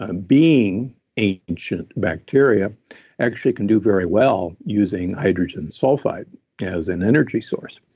ah being ancient bacteria actually can do very well using hydrogen sulfide as an energy source.